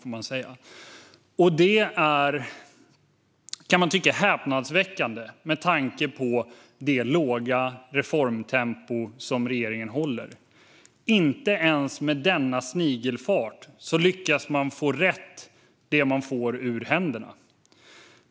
Det är häpnadsväckande, kan man tycka, med tanke på det låga reformtempo som regeringen håller. Inte ens med denna snigelfart lyckas man få det man får ur händerna rätt.